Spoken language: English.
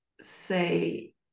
say